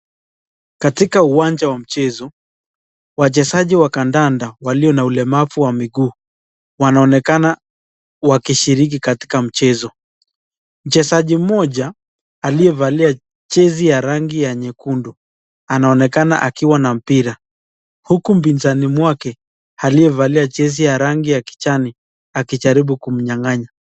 Katika uwanja wa mchezo wachezaji wa kandanda walio na ulemavu wa miguu wanaonekana wakishiriki katika mchezo. Mchezaji mmoja aliyevalia jezi ya rangi ya nyekundu anaonekana akiwa na mpira huku mpinzani mwake aliyevalia jezi ya rangi ya kijani akijaribu kumnyang'anya.